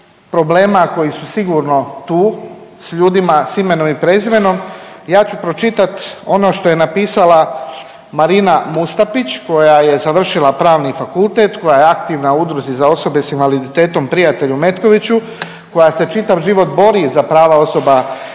problema koji su sigurno tu s ljudima s imenom i prezimenom, ja ću pročitat ono što je napisala Marina Mustapić koja je završila Pravni fakultet, koja je aktivna u Udruzi za osobe s invaliditetom Prijatelj u Metkoviću, koja se čitav život bori za prava osoba